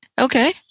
Okay